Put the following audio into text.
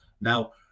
now